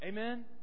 Amen